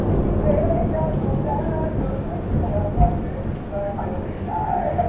um take out your daggers and kill that monk-y douchebag til he dies.